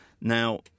Now